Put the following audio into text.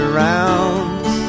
rounds